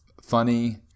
funny